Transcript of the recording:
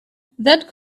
that